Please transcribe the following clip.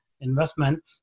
investment